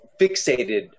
fixated